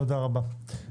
תודה רבה.